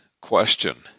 question